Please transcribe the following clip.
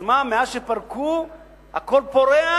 אז מה, מאז שפורקו הכול פורח?